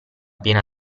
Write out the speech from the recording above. piena